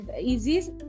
easiest